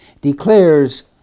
declares